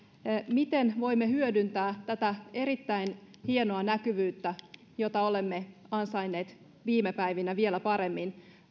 miten voimme hyödyntää tätä erittäin hienoa näkyvyyttä jota olemme ansainneet viime päivinä vielä paremmin